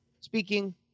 speaking